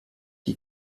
die